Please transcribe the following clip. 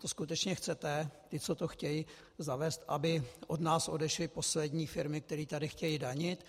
To skutečně chcete, ti, co to chtějí zavést, aby od nás odešly poslední firmy, které tady chtějí danit?